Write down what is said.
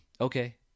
Okay